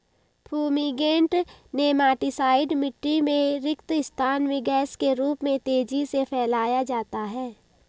fumigant nematicide मिटटी में रिक्त स्थान में गैस के रूप में तेजी से फैलाया जाता है